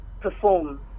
perform